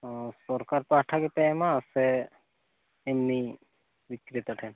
ᱚᱻ ᱥᱚᱨᱠᱟᱨ ᱯᱟᱦᱚᱴᱟ ᱜᱮᱯᱮ ᱮᱢᱟ ᱥᱮ ᱤᱢᱱᱤ ᱵᱤᱠᱨᱮᱛᱟ ᱴᱷᱮᱱ